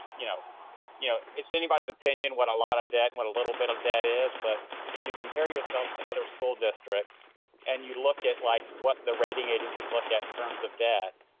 you know you know, it's anybody's opinion what a lot of debt and what a little bit of debt is. but if you compare yourself to other school districts and you look at like what the rating agencies look at in terms of debt,